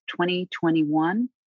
2021